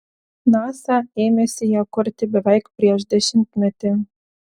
nasa ėmėsi ją kurti beveik prieš dešimtmetį